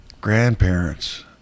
grandparents